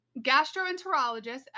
gastroenterologist